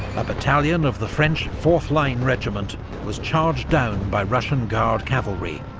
a battalion of the french fourth line regiment was charged down by russian guard cavalry,